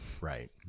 Right